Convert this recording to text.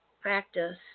practice